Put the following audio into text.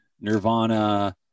Nirvana